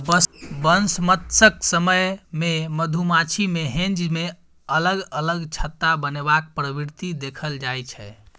बसंमतसक समय मे मधुमाछी मे हेंज मे अलग अलग छत्ता बनेबाक प्रवृति देखल जाइ छै